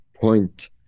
point